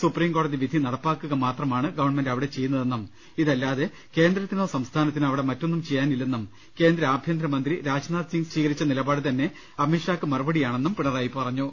supreme കോടതി വിധി നടപ്പാ ക്കുക മാത്രമാണ് ഗവൺമെന്റ് അവിടെ ചെയ്യുന്നതെന്നും ഇതല്ലാതെ കേന്ദ്രത്തിനോ സംസ്ഥാനത്തിനോ അവിടെ മറ്റൊന്നും ചെയ്യാനില്ലെന്നും കേന്ദ്ര ആഭ്യന്തരമന്ത്രി രാജ്നാഥ്സിംഗ് സ്വീകരിച്ച നിലപാടുതന്നെ അമിത്ഷായ്ക്ക് മറുപടിയാണെന്നും പിണറായി പറഞ്ഞു